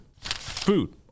food